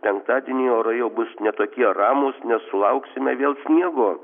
penktadienį orai jau bus ne tokie ramūs nes sulauksime vėl sniego